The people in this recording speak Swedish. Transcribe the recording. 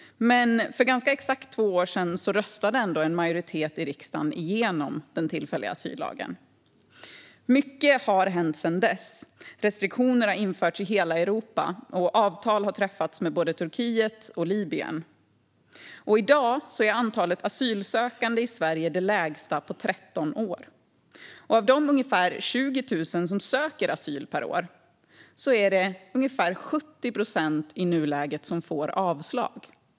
Men för ganska exakt två år sedan röstade ändå en majoritet i riksdagen igenom den tillfälliga asyllagen. Mycket har hänt sedan dess. Restriktioner har införts i hela Europa, och avtal har träffats med både Turkiet och Libyen. I dag är antalet asylsökande i Sverige det lägsta på 13 år. Av de ungefär 20 000 per år som söker asyl är det i nuläget ungefär 70 procent som får avslag.